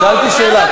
שאלתי שאלה,